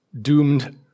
doomed